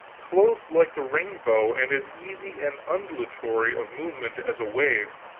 clothed like the rainbow, and as easy and undulatory of movement as a wave,